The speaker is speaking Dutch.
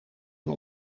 van